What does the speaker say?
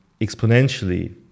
exponentially